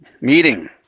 Meeting